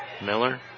Miller